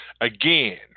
Again